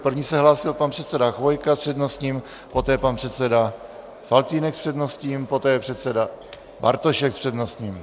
První se hlásil pan předseda Chvojka s přednostním, poté pan předseda Faltýnek s přednostním, poté předseda Bartošek s přednostním.